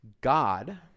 God